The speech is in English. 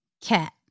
cat